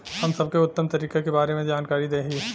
हम सबके उत्तम तरीका के बारे में जानकारी देही?